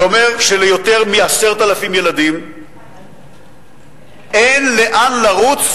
זה אומר שליותר מ-10,000 ילדים אין לאן לרוץ